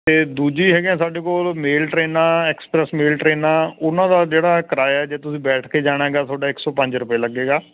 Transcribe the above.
ਅਤੇ ਦੂਜੀ ਹੈਗੀ ਸਾਡੇ ਕੋਲ ਮੇਲ ਟਰੇਨਾਂ ਐਕਸਪ੍ਰੈਸ ਮੇਲ ਟਰੇਨਾਂ ਉਹਨਾਂ ਦਾ ਜਿਹੜਾ ਕਿਰਾਇਆ ਜੇ ਤੁਸੀਂ ਬੈਠ ਕੇ ਜਾਣਾ ਹੈਗਾ ਤੁਹਾਡਾ ਇੱਕ ਸੌ ਪੰਜ ਰੁਪਏ ਲੱਗੇਗਾ